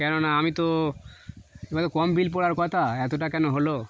কেননা আমি তো এবার তো কম বিল পড়ার কথা এতটা কেন হলো